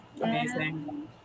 Amazing